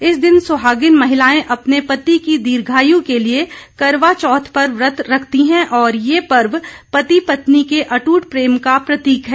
इस दिन सुहागिन महिलाएं अपने पति की दीर्घायू के लिये करवा चौथ पर व्रत रखती हैं और ये पर्व पति पत्नी के अटूट प्रेम का प्रतीक है